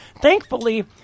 thankfully